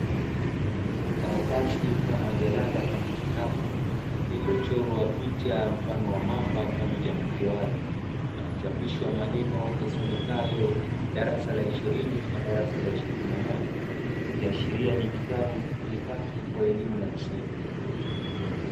Karatasi mfano wa jarada kama kitabu, lililochorwa picha mfano wa mamba pamoja na kiwavi, na kuchapishwa maneno yasomekayo "darasa la ishirini na darasa la ishirini na moja"ikiashiria ni kitabu kitumikacho kwa elimu ya msingi.